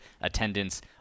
attendance